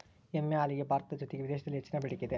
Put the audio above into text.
ಎಮ್ಮೆ ಹಾಲಿಗೆ ಭಾರತದ ಜೊತೆಗೆ ವಿದೇಶಿದಲ್ಲಿ ಹೆಚ್ಚಿನ ಬೆಡಿಕೆ ಇದೆ